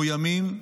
מאוימים,